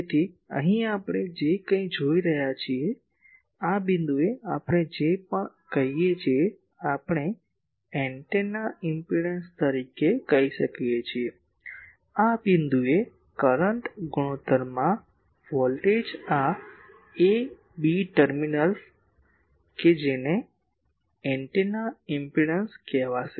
તેથી અહીં આપણે જે કંઇ જોઈ રહ્યા છીએ આ બિંદુએ આપણે જે પણ કહીએ છીએ આપણે એન્ટેના ઇમ્પેડંસ તરીકે કહી શકીએ છીએ આ બિંદુએ કરંટ ગુણોત્તરમાં વોલ્ટેજ આ એ બી ટર્મિનલ કે જેને એન્ટેના ઇમ્પેડંસ કહેવાશે